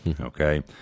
okay